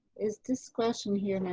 is this question here.